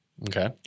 Okay